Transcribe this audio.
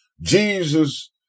Jesus